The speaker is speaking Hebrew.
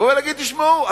ולהגיד: תשמעו,